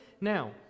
now